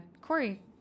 Corey